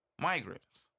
migrants